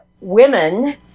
women